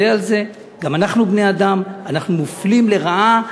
שהוא עולה לדבר על הקיפוח,